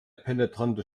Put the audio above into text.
penetrante